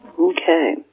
Okay